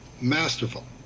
masterful